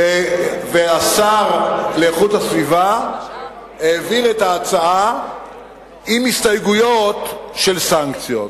השר לאיכות הסביבה העביר את ההצעה עם הסתייגויות של סנקציות.